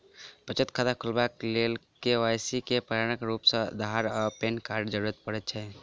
बचत खाता खोलेबाक लेल के.वाई.सी केँ प्रमाणक रूप मेँ अधार आ पैन कार्डक जरूरत होइ छै